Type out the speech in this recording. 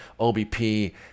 OBP